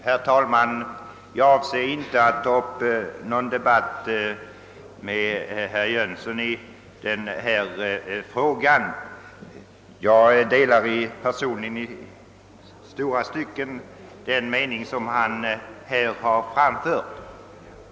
Herr talman! Jag avser inte att ta upp någon debatt med herrv Jönsson i Malmö i denna fråga. Personligen delar jag i stora stycken den mening som han har framfört.